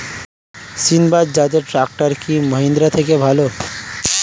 সিণবাদ জাতের ট্রাকটার কি মহিন্দ্রার থেকে ভালো?